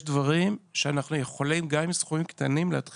יש דברים שאנחנו יכולים להתחיל מחר גם עם סכומים קטנים.